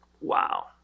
Wow